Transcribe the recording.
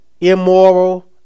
immoral